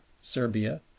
Serbia